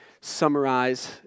summarize